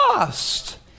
lost